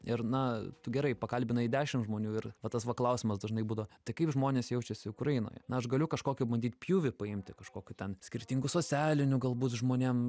ir na tu gerai pakalbinai dešimt žmonių ir va tas va klausimas dažnai budavo tai kaip žmonės jaučiasi ukrainoje na aš galiu kažkokį bandyt pjūvį paimti kažkokį ten skirtingų socialinių galbūt žmonėm